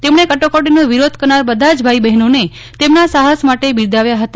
તેમણે કટોકટીનો વિરોધ કરનાર બધા જ ભાઇ બહેનોને તેમના સાહસ માટે બિરદાવ્યા હતા